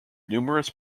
numerous